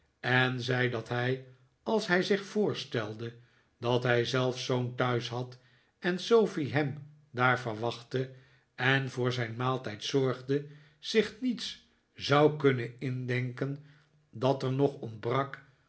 en zei dat hij als hij zich voorstelde dat hij zelf zoo'n thuis had en sofie hem daar verwachtte en voor zijn maaltijd zorgde zich niets zou kunnen indenken dat er nog ontbrak